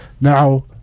Now